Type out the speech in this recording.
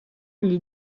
gli